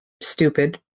stupid